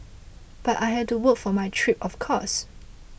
but I had to work for my trip of course